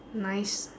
nice